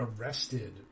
arrested